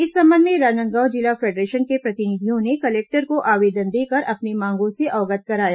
इस संबंध में राजनांदगांव जिला फेडरेशन के प्रतिनिधियों ने कलेक्टर को आवेदन देकर अपनी मांगों से अवगत कराया